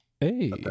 Hey